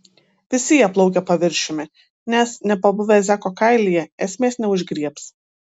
visi jie plaukia paviršiumi nes nepabuvę zeko kailyje esmės neužgriebs